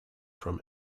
from